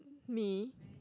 me